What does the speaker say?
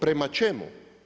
Prema čemu?